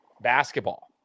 basketball